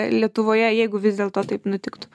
lietuvoje jeigu vis dėlto taip nutiktų